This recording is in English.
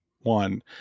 one